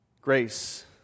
Grace